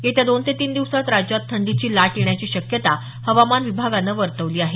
येत्या दोन ते तीन दिवसात राज्यात थंडीची लाट येण्याची शक्यता हवामान विभागानं वर्तवली आहे